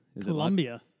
Colombia